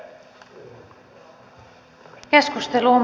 tahdotteko te